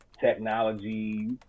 technology